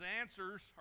answers